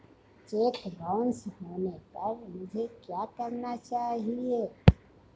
Check bounce होने पर मुझे क्या करना चाहिए?